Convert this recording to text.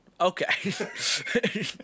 Okay